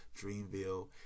Dreamville